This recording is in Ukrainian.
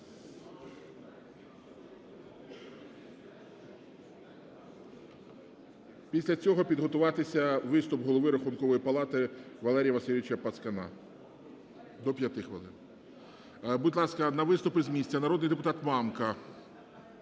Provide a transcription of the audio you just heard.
Після цього підготуватися, виступ Голови Рахункової палати Валерія Васильовича Пацкана – до 5 хвилин. Будь ласка, на виступ із місця. Народний депутат Мамка.